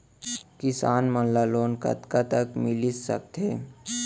किसान मन ला लोन कतका तक मिलिस सकथे?